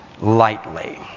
lightly